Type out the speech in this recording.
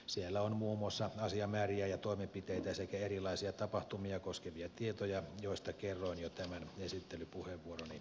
siellä on muun muassa asiamääriä ja toimenpiteitä sekä erilaisia tapahtumia koskevia tietoja joista kerroin jo tämän esittelypuheenvuoroni alussa